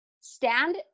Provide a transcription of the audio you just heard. stand